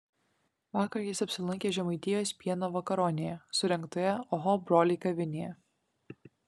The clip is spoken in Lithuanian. vakar jis apsilankė žemaitijos pieno vakaronėje surengtoje oho broliai kavinėje